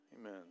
Amen